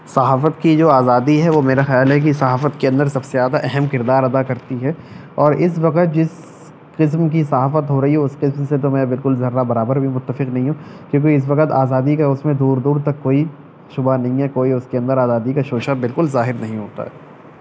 صحافت کی جو آزادی ہے وہ میرے خیال ہے کہ صحافت کے اندر سب سے زیادہ اہم کردار ادا کرتی ہے اور اس وقت جس قسم کی صحافت ہو رہی ہے اس قسم سے تو میں بالکل ذرہ برابر بھی متفق نہیں ہوں کیونکہ اس وقت آزادی کا اس میں دور دور تک کوئی شبہ نہیں ہے کوئی اس کے اندر آزادی کا شوشہ بالکل ظاہر نہیں ہوتا ہے